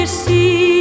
see